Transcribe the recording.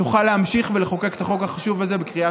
תוכל להמשיך לחוקק את החוק החשוב הזה בקריאה